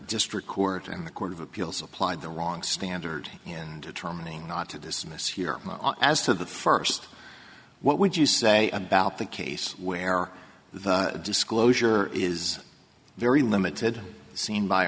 district court and the court of appeals applied the wrong standard and terminate not to dismiss here as to the first what would you say about the case where the disclosure is very limited seen by